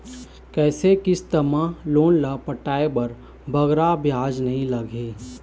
कइसे किस्त मा लोन ला पटाए बर बगरा ब्याज नहीं लगही?